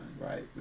right